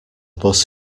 bus